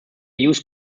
use